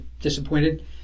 disappointed